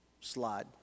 Slide